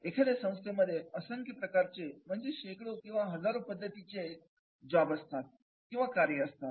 एखाद्या संस्थेमध्ये असंख्य प्रकारचे म्हणजे शेकडो किंवा हजारो पद्धतीचे जॉब असतात